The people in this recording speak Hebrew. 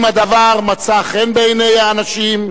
בין שהדבר מצא חן בעיני האנשים,